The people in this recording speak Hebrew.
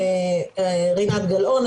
אני רינת גל-און,